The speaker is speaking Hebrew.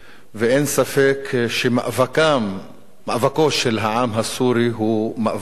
ואין ספק שמאבקו של העם הסורי הוא מאבק צודק.